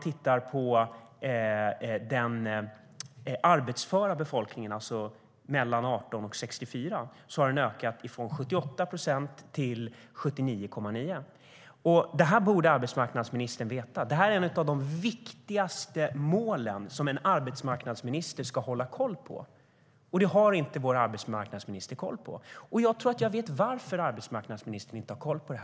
I den arbetsföra befolkningen, 18-64 år, har den ökat från 78 procent till 79,9. Det borde arbetsmarknadsministern veta. Det är något av det viktigaste en arbetsmarknadsminister ska ha koll på, men det har inte vår arbetsmarknadsminister. Jag tror att jag vet varför arbetsmarknadsministern inte har koll på det.